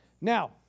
Now